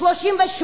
1938,